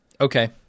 Okay